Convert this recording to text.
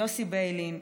יוסי ביילין,